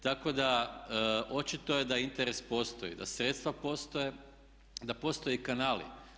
Tako da očito je da interes postoji, da sredstva postoje, da postoje i kanali.